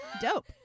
Dope